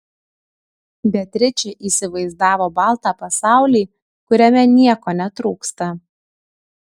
beatričė įsivaizdavo baltą pasaulį kuriame nieko netrūksta